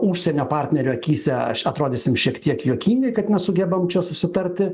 užsienio partnerių akyse aš atrodysim šiek tiek juokingai kad nesugebam čia susitarti